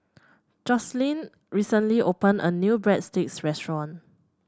Joycelyn recently opened a new Breadsticks restaurant